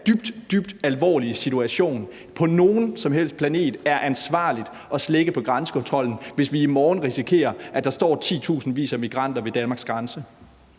dybt alvorlige situation på nogen som helst planet er ansvarligt at slække på grænsekontrollen, hvis vi i morgen risikerer, at der står titusindvis af migranter ved Danmarks grænse?